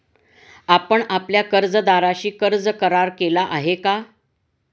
आपण आपल्या कर्जदाराशी कर्ज करार केला आहे का?